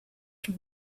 can